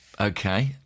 Okay